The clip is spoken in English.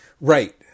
Right